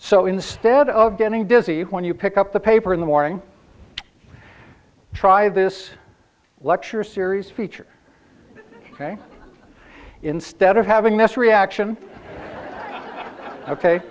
so instead of getting dizzy when you pick up the paper in the morning try this lecture series feature instead of having this reaction ok